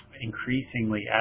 increasingly